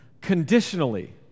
conditionally